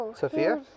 Sophia